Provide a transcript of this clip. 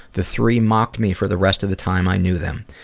the three mocked me for the rest of the time i knew them.